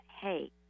hey